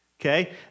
okay